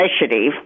initiative